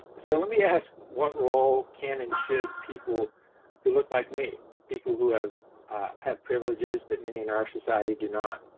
so let me ask what role can and should people who look like me, people who have had privileges that many in our society do not,